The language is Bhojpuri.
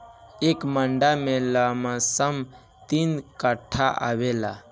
एक मंडा में लमसम तीन कट्ठा आवेला